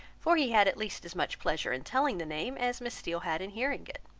for he had at least as much pleasure in telling the name, as miss steele had in hearing it.